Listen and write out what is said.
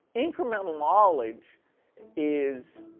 incremental knowledge is